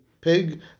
pig